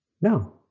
No